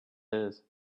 his